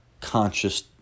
conscious